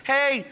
Hey